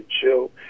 chill